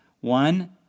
One